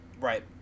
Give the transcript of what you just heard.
Right